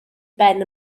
ben